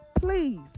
please